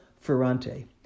Ferrante